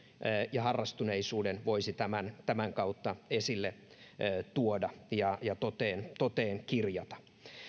ja harrastuneisuuden voisi tämän tämän kautta esille tuoda ja ja toteen toteen kirjata